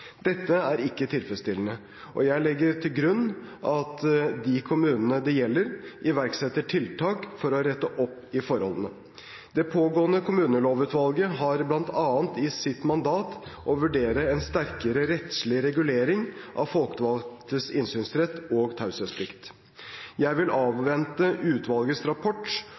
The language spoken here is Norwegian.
Dette er ikke tilfredsstillende, og jeg legger til grunn at de kommunene det gjelder, iverksetter tiltak for å rette opp i forholdene. Det pågående kommunelovutvalget har bl.a. i sitt mandat å vurdere en sterkere rettslig regulering av folkevalgtes innsynsrett og taushetsplikt. Jeg vil avvente utvalgets rapport